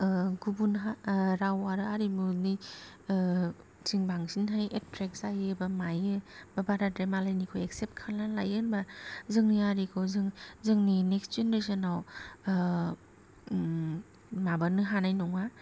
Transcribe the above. गुबुन राव आरो आरिमुनिथिं बांसिनहाय एट्रेक जायो बा मायो बा बाराद्राय मालायनिखौ एक्सेप्ट खालामनानै लायो जोंनि हारिखौ जोंनि नेकस्ट जेनेरेसन आव माबानो हानाय नङा